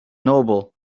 noble